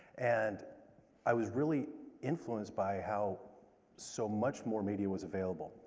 and i was really influenced by how so much more media was available.